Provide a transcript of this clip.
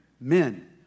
men